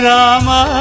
Rama